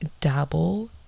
dabble